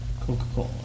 Coca-Cola